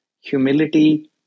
humility